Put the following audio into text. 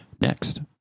Next